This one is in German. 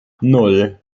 nan